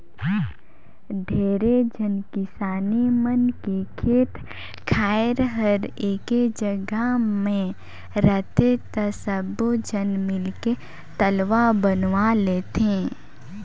ढेरे झन किसान मन के खेत खायर हर एके जघा मे रहथे त सब्बो झन मिलके तलवा बनवा लेथें